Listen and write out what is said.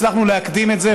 הצלחנו להקדים את זה,